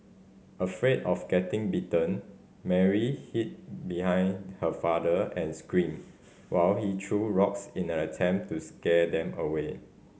afraid of getting bitten Mary hid behind her father and screamed while he threw rocks in an attempt to scare them away